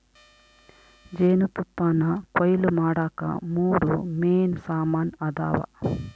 ಜೇನುತುಪ್ಪಾನಕೊಯ್ಲು ಮಾಡಾಕ ಮೂರು ಮೇನ್ ಸಾಮಾನ್ ಅದಾವ